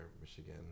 Michigan